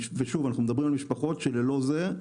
ושוב, אנחנו מדברים על משפחות שללא זה,